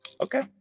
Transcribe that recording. Okay